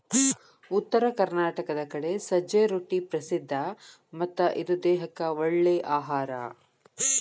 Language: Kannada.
ಉತ್ತರ ಕರ್ನಾಟಕದ ಕಡೆ ಸಜ್ಜೆ ರೊಟ್ಟಿ ಪ್ರಸಿದ್ಧ ಮತ್ತ ಇದು ದೇಹಕ್ಕ ಒಳ್ಳೇ ಅಹಾರಾ